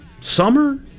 summer